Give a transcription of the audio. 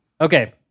Okay